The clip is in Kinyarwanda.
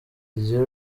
igira